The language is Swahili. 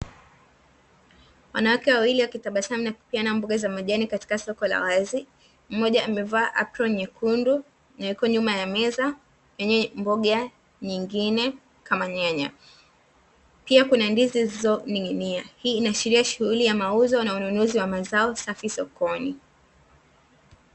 Wanawake wawili wakitabasamu na kupeana mboga za majani katika soko la wazi, mmoja amevaa aproni nyekundu na yuko nyuma ya meza yenye mboga nyingine kama nyanya, pia kuna ndizi zilizo ning’inia hii inaashiria shughuli ya mauzo na ununuzi wa mazao safi sokoni.